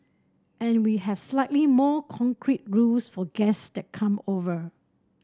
and we have slightly more concrete rules for guests that come over